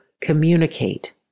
communicate